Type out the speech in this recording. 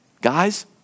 guys